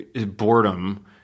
boredom